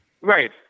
Right